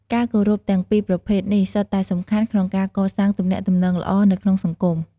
ការគោរពទាំងពីរប្រភេទនេះសុទ្ធតែសំខាន់ក្នុងការកសាងទំនាក់ទំនងល្អនៅក្នុងសង្គម។